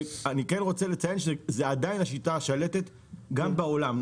ואני רוצה לציין שזו עדיין השיטה השלטת גם בעולם,